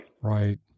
Right